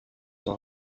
all